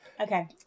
Okay